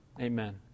Amen